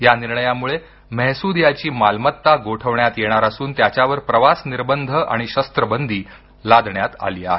या निर्णयामुळे मेहसूद याची मालमत्ता गोठवण्यात येणार असून त्याच्यावर प्रवास निर्बंध आणि शस्त्रबंदी लादण्यात आली आहे